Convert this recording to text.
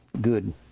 good